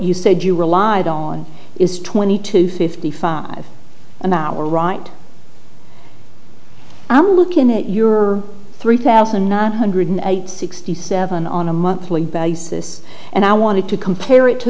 you said you relied on is twenty to fifty five an hour right i'm looking at your three thousand nine hundred sixty seven on a monthly basis and i wanted to compare it to